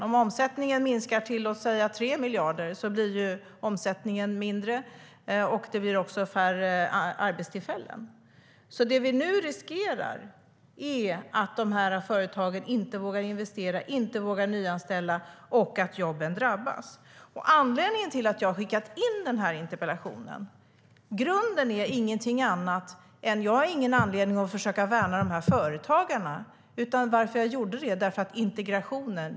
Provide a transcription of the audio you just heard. Om omsättningen minskar till 3 miljarder blir det färre arbetstillfällen. Det vi nu riskerar är att företagen inte vågar investera eller nyanställa, det vill säga jobben drabbas. Anledningen till att jag skickade in interpellationen är inte att jag i grunden har någon anledning att försöka värna företagarna utan för att belysa frågan om integrationen.